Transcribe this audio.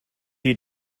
you